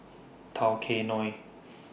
Tao Kae Noi